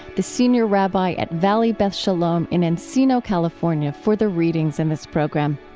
the senior rabbi at valley beth shalom in encino, california, for the readings in this program.